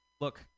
look